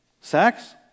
Sex